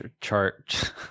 chart